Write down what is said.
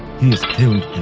he is killed